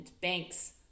banks